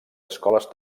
escoles